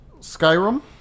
Skyrim